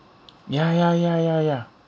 ya ya ya ya ya